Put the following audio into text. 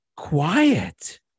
quiet